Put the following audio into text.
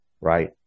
right